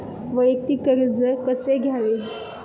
वैयक्तिक कर्ज कसे घ्यावे?